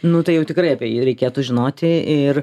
nu tai jau tikrai apie jį reikėtų žinoti ir